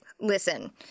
listen